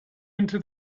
into